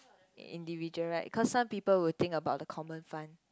individual right cause some people will think about the common fund